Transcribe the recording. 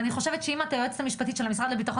אם את היועצת המשפטית של המשרד לביטחון